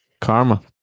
Karma